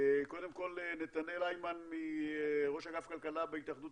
קודם כל נתנאל היימן, ראש אגף כלכלה בהתאחדות